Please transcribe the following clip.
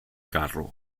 carro